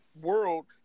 world